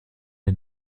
man